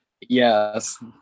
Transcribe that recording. Yes